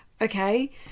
Okay